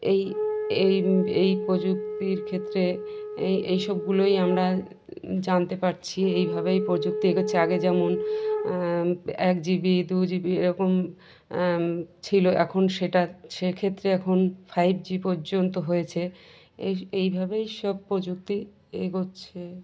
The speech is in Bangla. এই এই এই প্রযুক্তির ক্ষেত্রে এই এই সবগুলোই আমরা জানতে পারছি এইভাবেই প্রযুক্তি এগোচ্ছে আগে যেমন এক জিবি দু জিবি এরকম ছিল এখন সেটা সেক্ষেত্রে এখন ফাইভ জি পর্যন্ত হয়েছে এই এইভাবেই সব প্রযুক্তি এগোচ্ছে